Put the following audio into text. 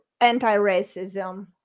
anti-racism